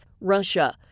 Russia